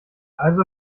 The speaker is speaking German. also